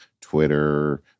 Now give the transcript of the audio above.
Twitter